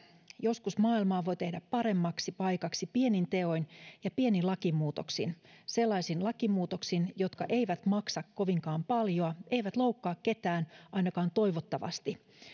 joskus maailmaa voi tehdä paremmaksi paikaksi pienin teoin ja pienin lakimuutoksin sellaisin lakimuutoksin jotka eivät maksa kovinkaan paljoa eivätkä loukkaa ketään ainakaan toivottavasti